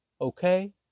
Okay